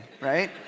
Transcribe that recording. right